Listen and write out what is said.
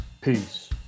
peace